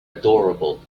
adorable